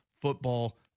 football